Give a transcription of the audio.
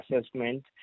assessment